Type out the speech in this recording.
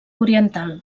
oriental